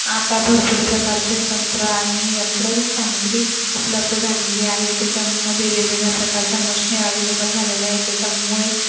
आता भरपूर प्रकारचे तंत्र आणि यंत्रसामुग्री उपलब्ध झालेली आहे त्याच्यामध्ये वेगवेगळ्या प्रकारच्या मशिनी अव्हेलेबल झालेल्या आहे त्याच्यामुळे